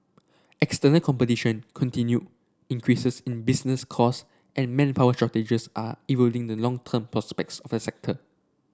external competition continued increases in business cost and manpower shortages are eroding the longer term prospects for sector